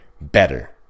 better